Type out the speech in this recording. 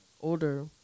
older